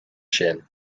sin